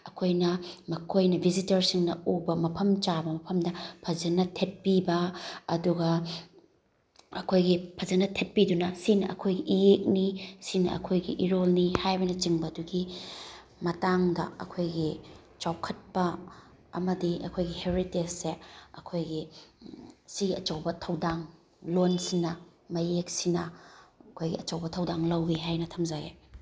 ꯑꯩꯈꯣꯏꯅ ꯃꯈꯣꯏꯅ ꯕꯤꯖꯤꯇꯔꯁꯤꯡꯅ ꯎꯕ ꯃꯐꯝ ꯆꯥꯕ ꯃꯐꯝꯗ ꯐꯖꯅ ꯊꯦꯠꯄꯤꯕ ꯑꯗꯨꯒ ꯑꯩꯈꯣꯏꯒꯤ ꯐꯖꯅ ꯊꯦꯠꯄꯤꯗꯨꯅ ꯁꯤꯅ ꯑꯩꯈꯣꯏꯒꯤ ꯏꯌꯦꯛꯅꯤ ꯁꯤꯅ ꯑꯩꯈꯣꯏꯒꯤ ꯏꯔꯣꯜꯅꯤ ꯍꯥꯏꯕꯅꯆꯤꯡꯕ ꯑꯗꯨꯒꯤ ꯃꯇꯥꯡꯗ ꯑꯩꯈꯣꯏꯒꯤ ꯆꯥꯎꯈꯠꯄ ꯑꯃꯗꯤ ꯑꯩꯈꯣꯏꯒꯤ ꯍꯦꯔꯤꯇꯦꯖꯁꯦ ꯑꯩꯈꯣꯏꯒꯤ ꯁꯤ ꯑꯆꯧꯕ ꯊꯧꯗꯥꯡ ꯂꯣꯟꯁꯤꯅ ꯃꯌꯦꯛꯁꯤꯅ ꯑꯩꯈꯣꯏꯒꯤ ꯑꯆꯧꯕ ꯊꯧꯗꯥꯡ ꯂꯧꯋꯤ ꯍꯥꯏꯅ ꯊꯝꯖꯒꯦ